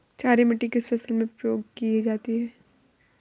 क्षारीय मिट्टी किस फसल में प्रयोग की जाती है?